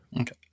Okay